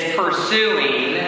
pursuing